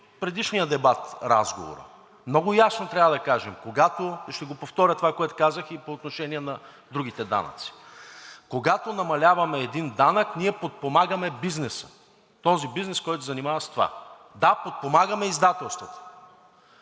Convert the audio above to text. предишния дебат разговора. Много ясно трябва да кажем, и ще повторя това, което казах и по отношение на другите данъци, когато намаляваме един данък, ние подпомагаме бизнеса, този бизнес, който се занимава с това. Да, подпомагаме издателствата.